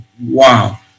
Wow